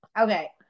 Okay